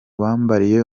bambariye